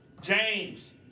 James